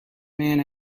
man